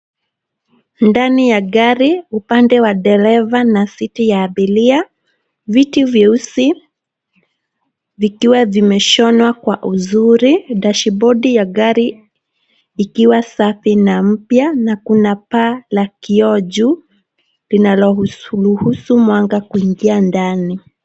Ndani ya gari upande wa dereva na viti vya abiria. Viti vyeusi viiwa vimeshonwa kwa uzuri. Dashibodi ya gari ikiwa safi na mpya na kuna paa la kioo juu linaloruhusu mwanga kuingia ndani.